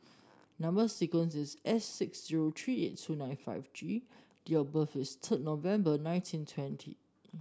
number sequence is S six zero three eight two nine five G date of birth is third November nineteen twenty